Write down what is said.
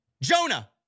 Jonah